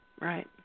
Right